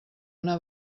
una